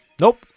Nope